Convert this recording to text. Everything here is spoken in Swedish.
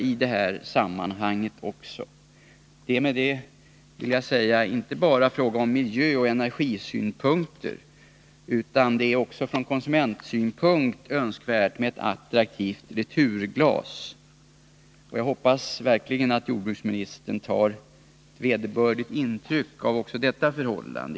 I och med detta, vill jag säga, är det inte bara fråga om miljöoch energisynpunkter, utan det är också från konsumentsynpunkt önskvärt med ett attraktivt returglas. Jag hoppas verkligen att jordbruksministern tar vederbörligt intryck också av detta förhållande.